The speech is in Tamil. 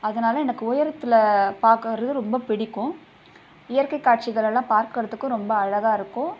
அதனாலே எனக்கு உயரத்தில் பார்க்குறது ரொம்ப பிடிக்கும் இயற்கை காட்சிகளெல்லாம் பார்க்கறதுக்கு ரொம்ப அழகாக இருக்கும்